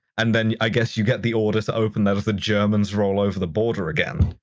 and then, i guess, you get the order to open that if the germans roll over the border again.